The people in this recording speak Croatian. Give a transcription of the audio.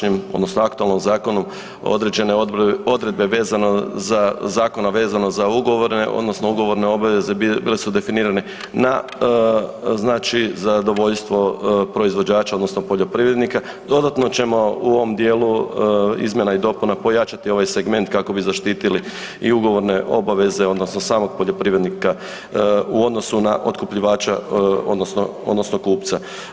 I u dosadašnjem, odnosno aktualnom zakonu, određene odredbe vezano za zakon, a vezano za ugovorne, odnosno ugovorne obveze bile su definirane na znači zadovoljstvo proizvođača, odnosno poljoprivrednika, dodatno ćemo u ovom dijelu izmjena i dopuna pojačati ovaj segment kako bi zaštitili i ugovorne obaveze odnosno samog poljoprivrednika, u odnosu na otkupljivača, odnosno kupca.